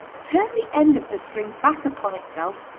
turn the end of the string back upon itself,